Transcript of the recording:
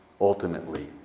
ultimately